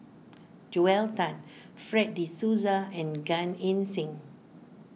Joel Tan Fred De Souza and Gan Eng Seng